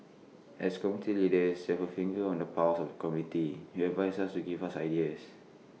as community leaders you have A finger on the pulse of the community you advise us to give us ideas